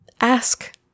Ask